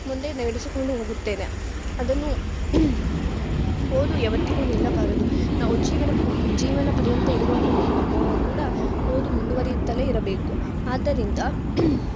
ಮುಂದೆ ನಡೆಸಿಕೊಂಡು ಹೋಗುತ್ತೇನೆ ಅದನ್ನು ಓದು ಯಾವತ್ತಿಗೂ ನಿಲ್ಲಬಾರದು ನಾವು ಜೀವನ ಪು ಜೀವನ ಪರ್ಯಂತ ಇರುವವರೆಗು ಕೂಡ ಓದು ಮುಂದುವರಿಯುತ್ತಲೇ ಇರಬೇಕು ಆದ್ದರಿಂದ